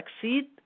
succeed